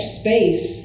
space